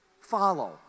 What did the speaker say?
follow